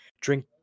drink